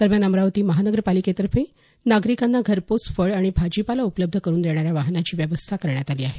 दरम्यान अमरावती महानगर पालिकेतर्फे नागरिकांना घरपोच फळ आणि भाजीपाला उपलब्ध करून देण्याऱ्या वाहनाची व्यवस्था करण्यात आली आहे